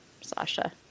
Sasha